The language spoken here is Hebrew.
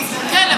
כן,